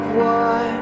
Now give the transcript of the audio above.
war